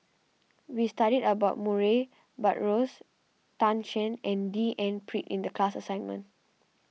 we studied about Murray Buttrose Tan Shen and D N Pritt in the class assignment